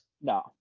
No